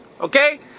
Okay